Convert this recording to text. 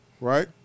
Right